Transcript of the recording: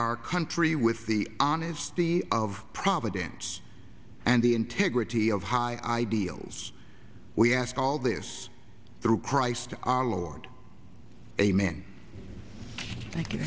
our country with the honesty of providence and the integrity of high ideals we ask all this through christ our lord amen thank you